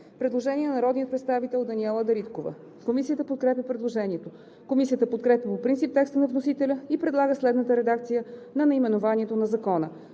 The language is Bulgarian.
Предложение на народния представител Даниела Дариткова. Комисията подкрепя предложението. Комисията подкрепя по принцип текста на вносителя и предлага следната редакция на наименованието на Закона: